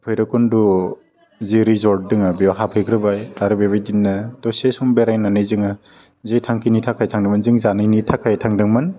भैरब कन्ड' जि रिजर्ट दङ बेयाव हाबङैग्रोबाय आरो बबायदिनो दसे सम बेरायनानै जोङो जि थांखिनि थाखाय थांदोंमोन जों जानायनि थाखाय थांदोंमोन